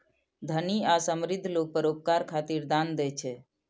धनी आ समृद्ध लोग परोपकार खातिर दान दै छै